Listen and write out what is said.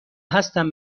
هستن